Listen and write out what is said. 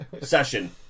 session